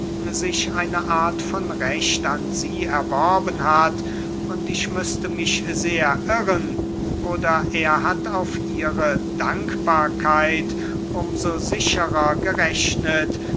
sich eine art von recht an sie erworben hat und ich müßte mich sehr irren oder er hat auf ihre dankbarkeit um so sicherer gerechnet